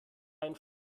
einfach